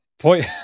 Point